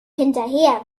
hinterher